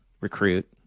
recruit